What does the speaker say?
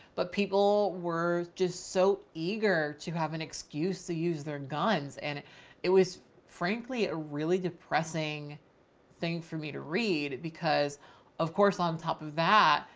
but people were just so eager to have an excuse to use their guns. and it was frankly a really depressing thing for me to read because of course on top of that,